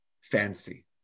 fancy